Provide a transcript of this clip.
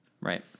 Right